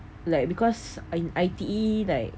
like because in I_T_E like